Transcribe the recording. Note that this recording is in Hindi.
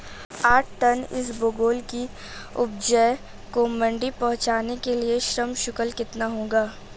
आठ टन इसबगोल की उपज को मंडी पहुंचाने के लिए श्रम शुल्क कितना होगा?